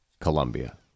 Colombia